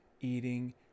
eating